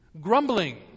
grumbling